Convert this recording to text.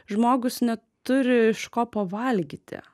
žmogus neturi iš ko pavalgyti